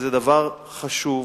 זה דבר חשוב,